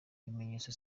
ibimenyetso